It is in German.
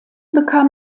bekam